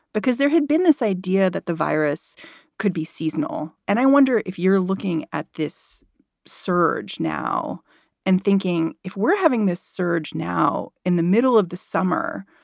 because there had been this idea that the virus could be seasonal and i wonder if you're looking at this surge now and thinking if we're having this surge now in the middle of the summer,